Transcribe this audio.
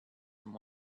from